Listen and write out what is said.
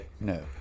No